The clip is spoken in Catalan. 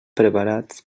preparats